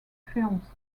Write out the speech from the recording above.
films